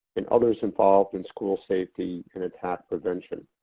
and others involved in school safety and attack prevention.